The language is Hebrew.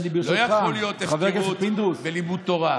לא יכולה להיות הפקרות בלימוד תורה.